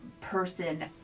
person